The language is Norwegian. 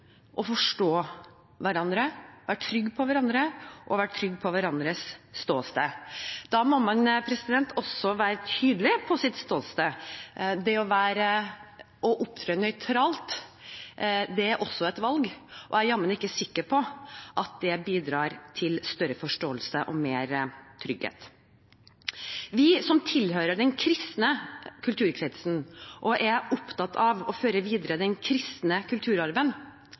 forstå hverandre, være trygg på hverandre og være trygg på hverandres ståsted. Da må man også være tydelig på sitt ståsted. Det å opptre nøytralt er også et valg, men jeg er jammen ikke sikker på at det bidrar til større forståelse og mer trygghet. Vi som tilhører den kristne kulturkretsen og er opptatt av å føre videre den kristne kulturarven,